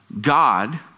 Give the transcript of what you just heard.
God